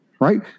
right